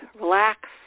relax